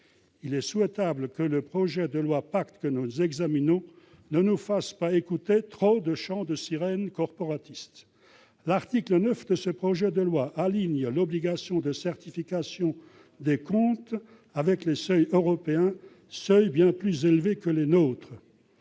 Il est souhaitable que, dans le cadre du projet de loi PACTE, nous n'ayons pas à écouter trop de chants de sirènes corporatistes ! L'article 9 de ce projet de loi aligne l'obligation de certification des comptes sur les seuils européens, seuils bien plus élevés que les nôtres.